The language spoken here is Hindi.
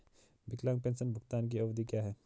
विकलांग पेंशन भुगतान की अवधि क्या है?